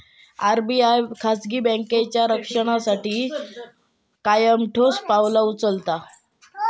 RBI खाजगी बँकांच्या संरक्षणासाठी कायम ठोस पावला उचलता